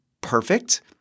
perfect